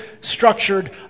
structured